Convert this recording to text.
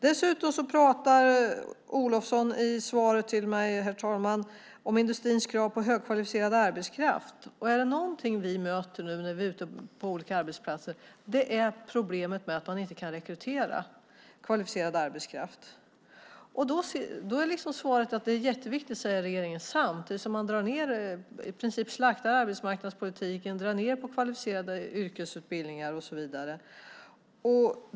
Dessutom pratar Olofsson i svaret till mig om industrins krav på högkvalificerad arbetskraft. Är det någonting vi möter när vi är ute på olika arbetsplatser är det problemet att man inte kan rekrytera kvalificerad arbetskraft. Regeringen säger att det är jätteviktigt samtidigt som man i princip slaktar arbetsmarknadspolitiken, drar ned på kvalificerade yrkesutbildningar och så vidare.